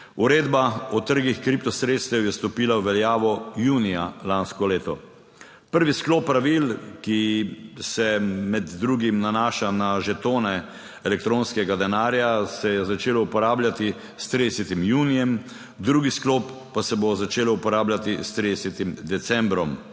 Uredba o trgih kriptosredstev je stopila v veljavo junija lansko leto. Prvi sklop pravil, ki se med drugim nanaša na že tone elektronskega denarja, se je začelo uporabljati s 30. junijem, drugi sklop pa se bo začelo uporabljati s 30. decembrom.